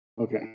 Okay